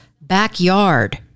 backyard